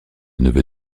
neveu